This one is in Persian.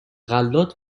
غلات